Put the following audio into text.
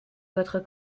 votre